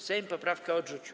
Sejm poprawkę odrzucił.